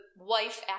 wife